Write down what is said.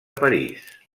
parís